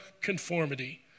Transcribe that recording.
conformity